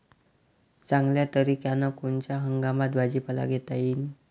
चांगल्या तरीक्यानं कोनच्या हंगामात भाजीपाला घेता येईन?